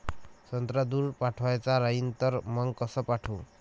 संत्रा दूर पाठवायचा राहिन तर मंग कस पाठवू?